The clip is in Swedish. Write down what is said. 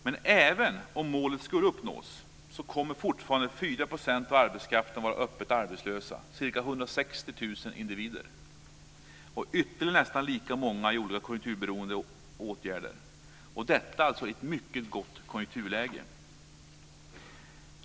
Men även om målet skulle uppnås kommer fortfarande 160 000 individer, och ytterligare nästan lika många i olika konjunkturberoende åtgärder. Och detta alltså i ett mycket gott konjunkturläge.